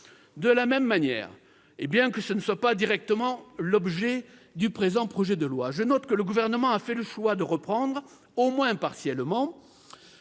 De la même manière- et bien que ce ne soit pas directement l'objet du présent projet de loi de finances -, je note que le Gouvernement a fait le choix de reprendre, au moins partiellement,